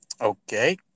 Okay